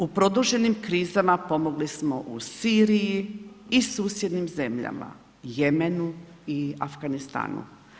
U produženim krizama pomogli smo u Siriji i susjednim zemljama Jemenu i Afganistanu.